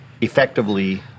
effectively